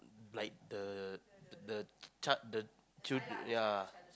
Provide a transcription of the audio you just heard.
like the the chart the chil~ ya